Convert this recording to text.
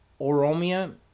oromia